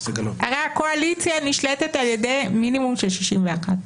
הרי הקואליציה נשלטת על ידי מינימום 61,